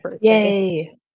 Yay